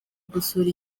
gusura